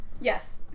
Yes